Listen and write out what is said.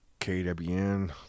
KWN